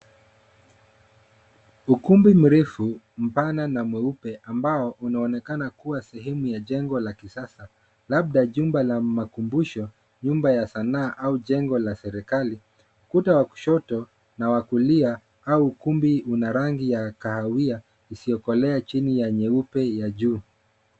Ukumbi mrefu, mpana na mweupe ambao unaonekana kuwa sehemu ya jengo la kisasa, labda jumba la makumbusho, nyumba ya sanaa au jengo la serikali. Ukuta wa kushoto na wa kulia au ukumbi una rangi ya kahawia isiyokolea chini ya nyeupe ya juu.